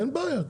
אין בעיה,